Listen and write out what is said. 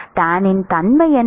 tannin தன்மை என்ன